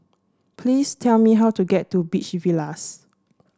please tell me how to get to Beach Villas